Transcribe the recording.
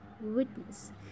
witness